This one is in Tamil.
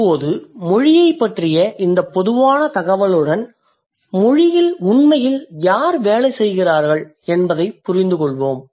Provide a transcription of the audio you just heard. இப்போது மொழியைப் பற்றிய இந்தப் பொதுவான தகவலுடன் மொழியில் உண்மையில் யார் வேலை செய்கிறார்கள் என்பதைப் புரிந்துகொள்வோம்